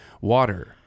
water